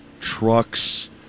trucks